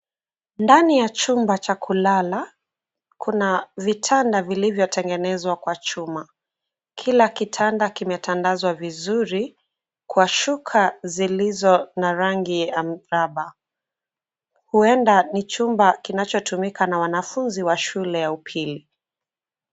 Ndani ya chumba cha kulala kuna vitanda vilivyo tengenezwa kwa chuma. Kila kitanda kimetandazwa vizuri kwa shuka zilizo na rangi ya mraba. Huenda ni chumba kinacho tumika na wanafunzi wa shule ya upili.